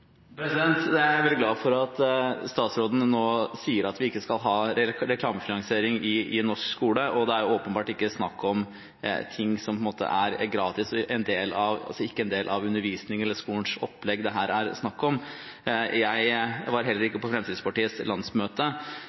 Jeg er veldig glad for at statsråden nå sier at vi ikke skal ha reklamefinansiering i norsk skole, og at det åpenbart ikke er snakk om gratis ting som på en måte er en del av skolens undervisning eller skolens opplegg. Jeg var heller ikke på Fremskrittspartiets landsmøte,